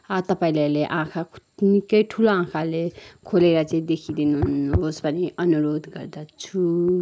तपाईँले अहिले आँखा निक्कै ठुलो आँखाले खोलेर चाहिँ देखिदिनुहोस् भनि अनुरोध गर्दछु